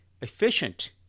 efficient